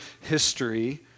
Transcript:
history